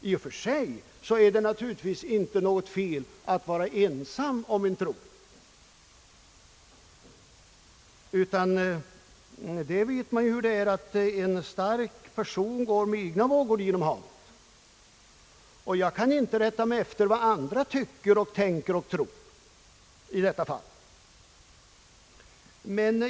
I och för sig är det naturligtvis inte något fel att vara ensam om en tro, ty man vet ju hur det är: En stark person går med egna vågor genom havet. Jag kan inte rätta mig efter vad andra människor tycker, tänker och tror i detta fall.